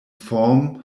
form